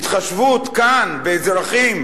התחשבות כאן, באזרחים,